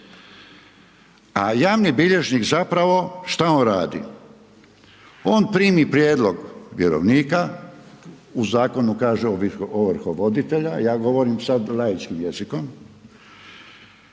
A javni bilježnik zapravo, što on radi? On primi prijedlog vjerovnika, u zakonu kaže ovrhovoditelja, ja govorim sad laičkim jezikom